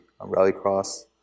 rallycross